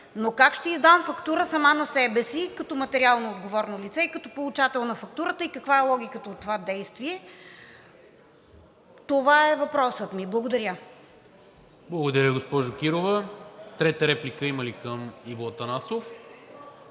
но как ще издам фактура сама на себе си като материално отговорно лице и като получател на фактурата, и каква е логиката от това действие? Това е въпросът ми. Благодаря. ПРЕДСЕДАТЕЛ НИКОЛА МИНЧЕВ: Благодаря, госпожо Кирова. Трета реплика има ли към Иво Атанасов?